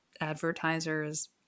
advertisers